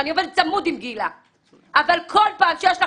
ואני עובדת צמוד עם גילה,